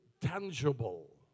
tangible